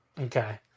Okay